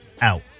out